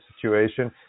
situation